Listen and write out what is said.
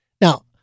Now